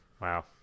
Wow